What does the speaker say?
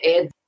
add